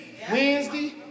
Wednesday